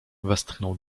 westchnął